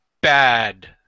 bad